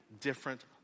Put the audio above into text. different